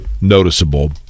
noticeable